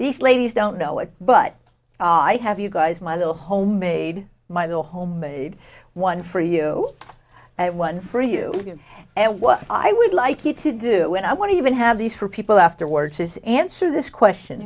these ladies don't know what but i have you guys my little home made my little home bodied one for you and one for you and what i would like you to do when i want to even have these for people afterwards is answer this question